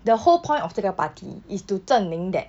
the whole point of 这个 party is to 证明 that